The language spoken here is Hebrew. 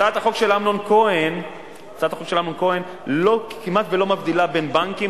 הצעת החוק של אמנון כהן כמעט שלא מבדילה בין בנקים,